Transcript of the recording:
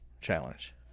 challenge